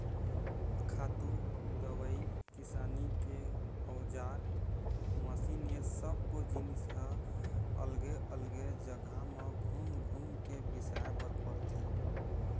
खातू, दवई, किसानी के अउजार, मसीन ए सब्बो जिनिस ह अलगे अलगे जघा म घूम घूम के बिसाए बर परथे